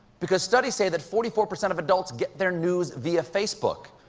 because studies say that forty four percent of adults get their news via facebook,